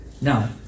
Now